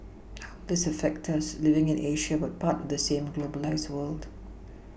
how this affect us living in Asia but part of the same globalised world